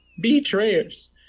betrayers